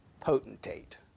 potentate